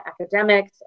academics